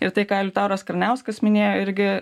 ir tai ką liutauras kraniauskas minėjo irgi